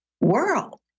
world